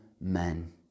men